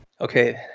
Okay